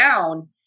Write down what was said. down